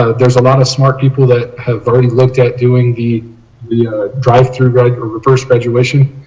ah there is a lot of smart people that have already looked at doing the yeah drive through reverse graduation.